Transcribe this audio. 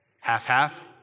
half-half